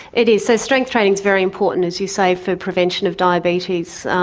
it is, so strength training is very important, as you say, for prevention of diabetes.